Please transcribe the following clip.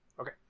Okay